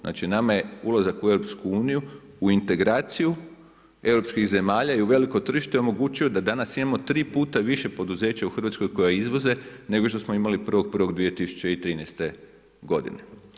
Znači, nama je ulazak u EU u integraciju europskih zemalja i u veliko tržište omogućio da danas imamo 3 puta više poduzeća u RH koja izvoze nego što smo imali 1.1.2013. godine.